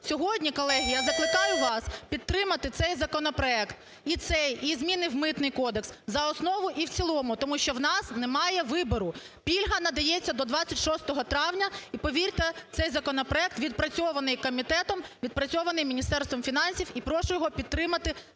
Сьогодні, колеги, я закликаю вас підтримати цей законопроект і зміни в Митний кодекс за основу і в цілому. Тому що у нас немає вибору. Пільга надається до 26 травня. Повірте, цей законопроект відпрацьований комітетом, відпрацьований Міністерством фінансів. І прошу його підтримати